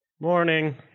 Morning